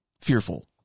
fearful